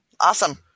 Awesome